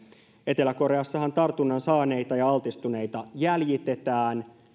etelä koreassahan tartunnan saaneita ja altistuneita jäljitetään